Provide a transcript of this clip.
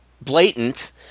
blatant